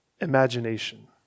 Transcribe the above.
imagination